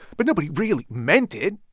but nobody really meant it,